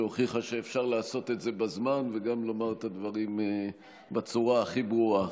שהוכיחה שאפשר לעשות את זה בזמן וגם לומר את הדברים בצורה הכי ברורה.